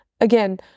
again